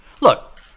Look